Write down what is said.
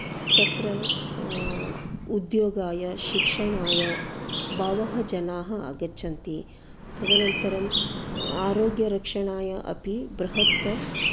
तत्र उद्योगाय शिक्षणाय बहवः जनाः आगच्छन्ति तदनन्तरम् आरोग्यरक्षणाय बृहत्